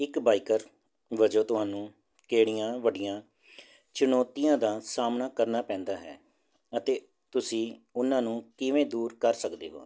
ਇੱਕ ਬਾਈਕਰ ਵਜੋਂ ਤੁਹਾਨੂੰ ਕਿਹੜੀਆਂ ਵੱਡੀਆਂ ਚੁਣੌਤੀਆਂ ਦਾ ਸਾਹਮਣਾ ਕਰਨਾ ਪੈਂਦਾ ਹੈ ਅਤੇ ਤੁਸੀਂ ਉਹਨਾਂ ਨੂੰ ਕਿਵੇਂ ਦੂਰ ਕਰ ਸਕਦੇ ਹੋ